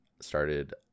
started